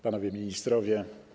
Panowie Ministrowie!